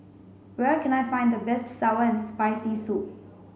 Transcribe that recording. where can I find the best sour and spicy soup